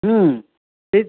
ସେଇ